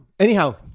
Anyhow